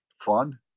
fun